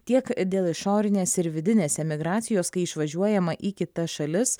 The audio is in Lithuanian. tiek dėl išorinės ir vidinės emigracijos kai išvažiuojama į kitas šalis